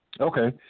Okay